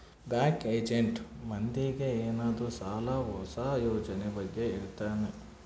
bank agent ಮಂದಿಗೆ ಏನಾದ್ರೂ ಸಾಲ ಹೊಸ ಯೋಜನೆ ಬಗ್ಗೆ ಹೇಳ್ತಾನೆ